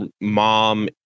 mom